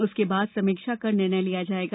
उसके बाद समीक्षा कर निर्णय लिया जाएगा